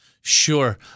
Sure